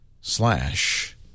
slash